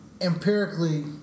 empirically